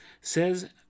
says